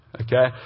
Okay